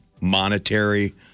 monetary